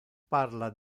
parla